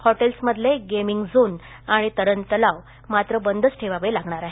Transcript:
हॉटेल्समधले gaming zone आणि तरण तलाव मात्र बंदच ठेवावे लागणार आहेत